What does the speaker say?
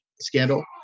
scandal